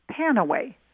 Panaway